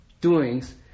doings